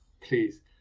please